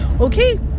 okay